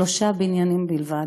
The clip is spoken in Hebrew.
שלושה בניינים בלבד.